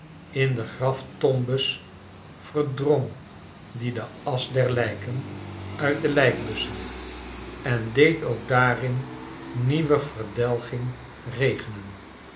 in de graftombes verdrong die de asch der hjken uit de lijkbussen en deed ook daarin nieuwe verdeging regenen